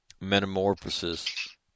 metamorphosis